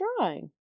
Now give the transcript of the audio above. drawing